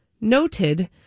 noted